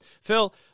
Phil